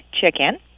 chicken